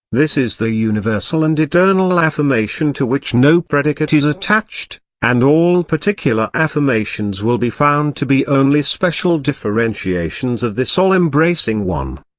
this is the universal and eternal affirmation to which no predicate is attached and all particular affirmations will be found to be only special differentiations of this all-embracing one.